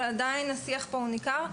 אבל עדיין השיח פה ניכר.